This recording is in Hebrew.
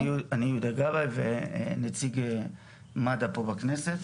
אני יהודה גבאי, נציג מד"א פה בכנסת.